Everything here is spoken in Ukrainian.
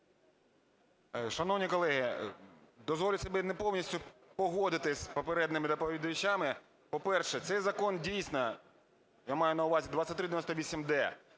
Шановні колеги, дозволю собі не повністю погодитись з попередніми доповідачами. По-перше, цей закон дійсно, я маю на увазі 2398-д,